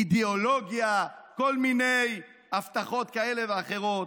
אידיאולוגיה, כל מיני הבטחות כאלה ואחרות,